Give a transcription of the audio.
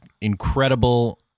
incredible